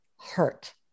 hurt